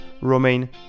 Romain